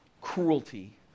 cruelty